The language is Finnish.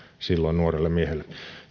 nuorelle miehelle